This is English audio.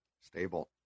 stable